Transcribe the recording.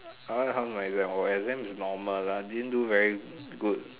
ah how is my exam orh exam is normal lah I didn't do very good